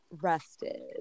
rested